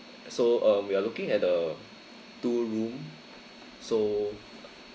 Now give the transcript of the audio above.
so uh we are looking at the two room so